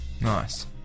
nice